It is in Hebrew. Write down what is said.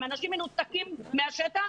אנשים המנותקים מן השטח,